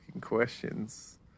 questions